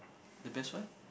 the best what